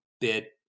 bit